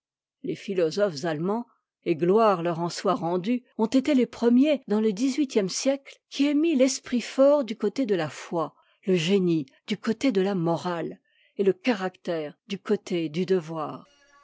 les philosophes allemands et gloire leur en soit rendue ont été les premiers dans le dix-huitième siècle qui aient mis l'esprit fort du côté de la foi le génie du côté de la morale et le caractère du côté du devoir